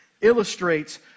illustrates